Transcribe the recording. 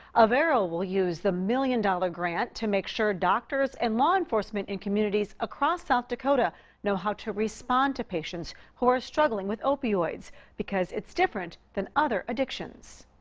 avera will use the million dollar grant to make sure doctors and law enforcement in communities across south dakota know how to respond to patients who are struggling with opioids, because it's different than other addictions.